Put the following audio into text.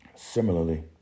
Similarly